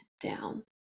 down